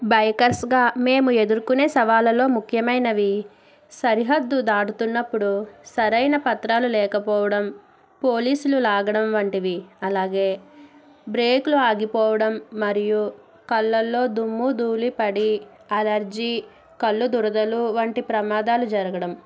బైకర్స్గా మేము ఎదుర్కొనే సవాళ్ళలో ముఖ్యమైనవి సరిహద్దు దాటుతున్నప్పుడు సరైన పత్రాలు లేకపోవడం పోలీసులు లాగడం వంటివి అలాగే బ్రేకులు ఆగిపోవడం మరియు కళ్ళల్లో దుమ్ము ధూళి పడి అలర్జీ కళ్ళు దురదలు వంటి ప్రమాదాలు జరగడం